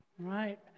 Right